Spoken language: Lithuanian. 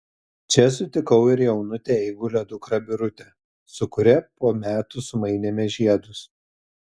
čia sutikau ir jaunutę eigulio dukrą birutę su kuria po metų sumainėme žiedus